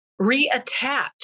reattach